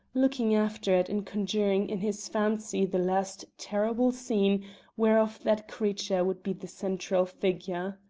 looking after it and conjuring in his fancy the last terrible scene whereof that creature would be the central figure.